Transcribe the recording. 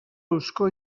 eusko